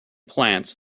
plants